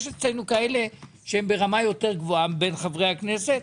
יש אצלנו כאלה שהם ברמה יותר גבוהה מבין חברי הכנסת,